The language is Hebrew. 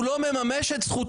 הוא לא מממש את זכותו,